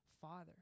father